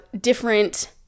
different